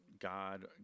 God